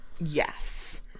Yes